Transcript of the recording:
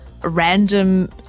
random